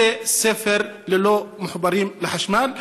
בתי ספר לא מחוברים לחשמל.